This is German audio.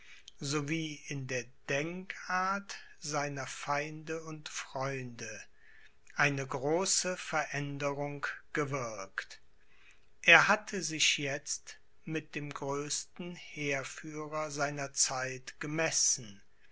sowie in der denkart seiner feinde und freunde eine große veränderung gewirkt er hatte sich jetzt mit dem größten heerführer seiner zeit gemessen